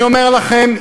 אני אומר לכם,